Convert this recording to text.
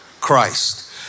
christ